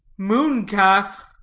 moon-calf.